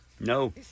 No